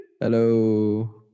Hello